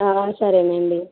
సరేనండి